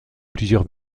plusieurs